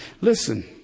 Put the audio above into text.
Listen